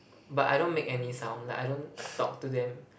but I don't make any sound like I don't talk to them